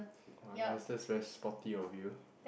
!wah! nice that's very sporty of you